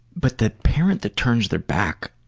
but the parent that turns their back